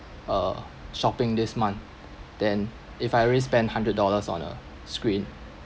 uh shopping this month then if I already spend hundred dollars on a screen